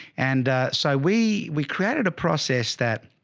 and so we, we created a process that